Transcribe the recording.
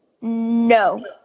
no